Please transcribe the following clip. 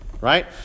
right